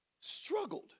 struggled